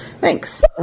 Thanks